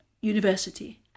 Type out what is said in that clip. university